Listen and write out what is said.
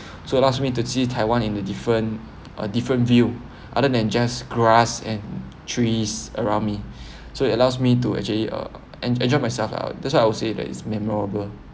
so allows me to see taiwan in the different uh different view other than just grass and trees around me so it allows me to actually uh en~ enjoy myself lah that's why I would say that is memorable